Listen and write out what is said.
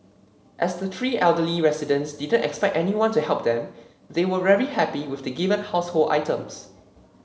as the three elderly residents didn't expect anyone to help them they were very happy with the given household items